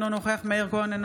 אינו נוכח מאיר כהן,